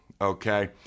Okay